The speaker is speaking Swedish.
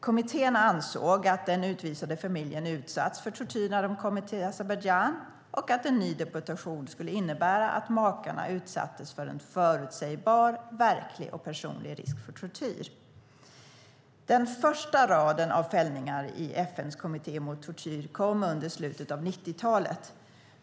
Kommittén ansåg att den utvisade familjen utsatts för tortyr när den kom till Azerbajdzjan och att en ny deportation skulle innebära att "makarna utsattes för en förutsägbar, verklig och personlig risk för tortyr". Den första raden av fällningar i FN:s kommitté mot tortyr kom i slutet av 90-talet.